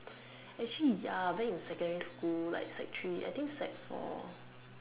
actually ya back in secondary school like sec three I think sec four